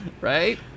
Right